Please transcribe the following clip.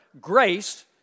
grace